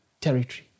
territory